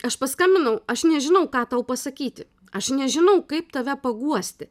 aš paskambinau aš nežinau ką tau pasakyti aš nežinau kaip tave paguosti